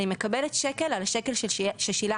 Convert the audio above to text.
אני מקבלת שקל על השקל ששילמתי,